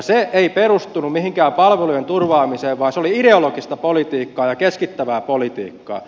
se ei perustunut mihinkään palvelujen turvaamiseen vaan se oli ideologista politiikkaa ja keskittävää politiikkaa